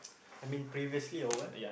I mean previously or what